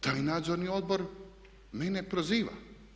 Taj Nadzorni odbor mene proziva.